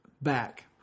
back